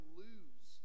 lose